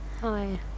Hi